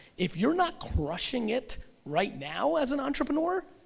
if you're not crushing it right now as an entrepreneur,